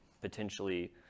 potentially